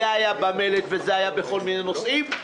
זה היה במלט ובכל מיני נושאים,